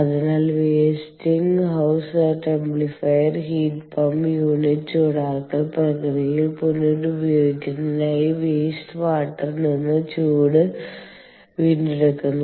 അതിനാൽ Westinghouse templifier heat pump unit ചൂടാക്കൽ പ്രക്രിയയിൽ പുനരുപയോഗത്തിനായി വേസ്റ്റ് വാട്ടർ നിന്ന് ചൂട് വീണ്ടെടുക്കുന്നു